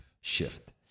shift